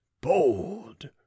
bold